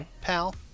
pal